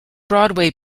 broadway